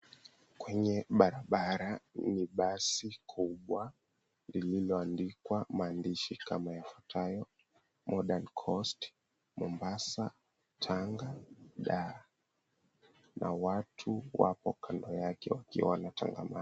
Kwenye barabara ni basi kubwa lililoandikwa maandishi kama yafuatayo: Modern Coast, Mombasa, Tanga, Dar. Na watu wapo kando yake wakiwa wanatengeneza.